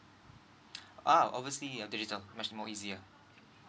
ah obviously uh digital much more easier